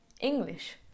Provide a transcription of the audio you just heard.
English